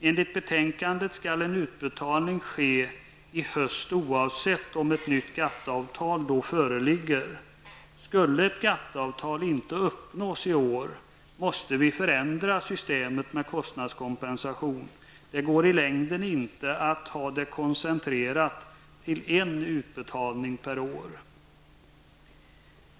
Enligt betänkandet skall en utbetalning ske i höst, oavsett om ett nytt GATT avtal föreligger då eller inte. Skulle ett GATT-avtal inte uppnås i år, måste vi förändra systemet med kostnadskompensation. Det går inte i längden att ha det koncentrerat till en utbetalning per år.